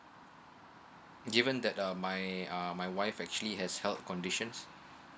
given that um my uh my wife actually has health conditions